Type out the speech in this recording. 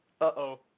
Uh-oh